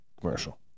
commercial